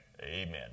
Amen